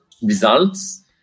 Results